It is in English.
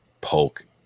Polk